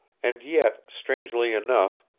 and yet, strangely enough,